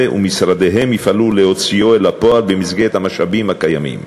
ומשרדיהם יפעלו להוציאו אל הפועל במסגרת המשאבים הקיימים.